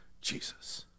Jesus